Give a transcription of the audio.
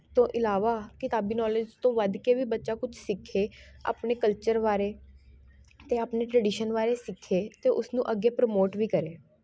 ਤੋਂ ਇਲਾਵਾ ਕਿਤਾਬੀ ਨੌਲੇਜ ਤੋਂ ਵੱਧ ਕੇ ਵੀ ਬੱਚਾ ਕੁਛ ਸਿੱਖੇ ਆਪਣੇ ਕਲਚਰ ਬਾਰੇ ਅਤੇ ਆਪਣੇ ਟਰਡੀਸ਼ਨ ਬਾਰੇ ਸਿੱਖੇ ਅਤੇ ਉਸਨੂੰ ਅੱਗੇ ਪ੍ਰਮੋਟ ਵੀ ਕਰੇ